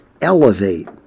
elevate